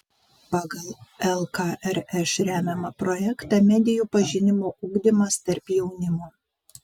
pagal lkrš remiamą projektą medijų pažinimo ugdymas tarp jaunimo